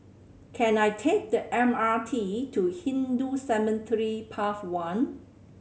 can I take the M R T to Hindu Cemetery Path One